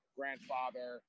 grandfather